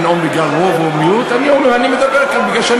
וכי